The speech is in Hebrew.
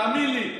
תאמין לי,